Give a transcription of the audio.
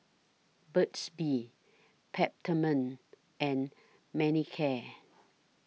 Burt's Bee Peptamen and Manicare